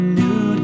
new